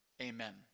Amen